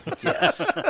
Yes